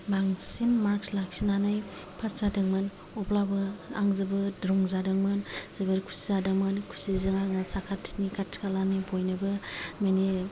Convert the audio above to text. बांसिन मार्कस लाखिनानै पास जादोंमोन अब्लाबो आं जोबोद रंजादोंमोन जोबोर खुसि जादोंमोन खुसिजों आङो साखाथिनि खाथि खालानि बयनोबो माने